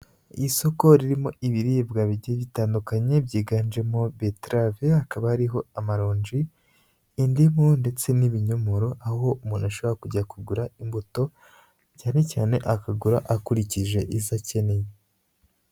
Isoko ririmo ibiribwa bigiye bitandukanye byiganjemo betarave, hakaba hariho amaronji, indimu ndetse n'ibinyomoro aho umuntu ashobora kujya kugura imbuto, cyane cyane akagura akurikije izo akeneye.